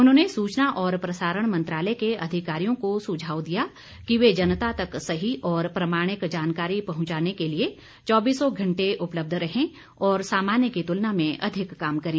उन्होंने सूचना और प्रसारण मंत्रालय के अधिकारियों को सुझाव दिया कि वे जनता तक सही और प्रामाणिक जानकारी पहुंचाने के लिए चौबीसों घंटे उपलब्ध रहें और सामान्य की तुलना में अधिक काम करें